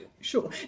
sure